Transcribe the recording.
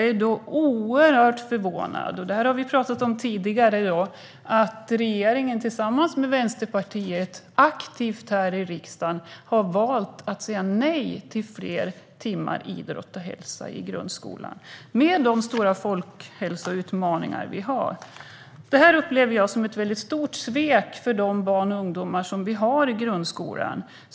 Jag är oerhört förvånad - och det har vi talat om tidigare - att regeringen tillsammans med Vänsterpartiet aktivt här i riksdagen har valt att säga nej till fler timmar idrott och hälsa i grundskolan, med de stora folkhälsoutmaningar vi har. Jag upplever detta som ett stort svek mot de barn och ungdomar som går i grundskolan.